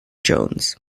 jones